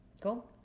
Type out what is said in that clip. cool